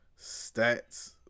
stats